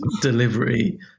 delivery